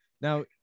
Now